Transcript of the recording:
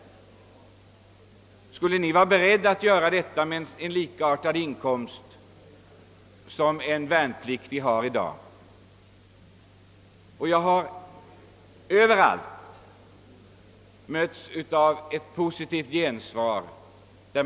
Skulle ni vara beredda att göra detta om ni fick ungefär samma inkomst som en värnpliktig har i dag? Jag har överallt mötts av ett positivt gensvar.